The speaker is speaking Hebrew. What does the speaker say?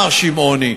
מר שמעוני,